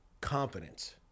Confidence